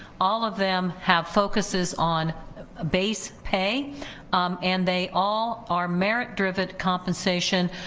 all of them have focuses on base pay and they all are merit driven compensation,